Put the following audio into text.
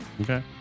Okay